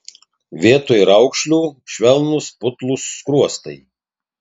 vietoj raukšlių švelnūs putlūs skruostai